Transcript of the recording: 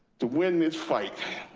to win this fight.